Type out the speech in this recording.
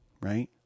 right